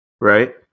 right